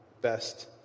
best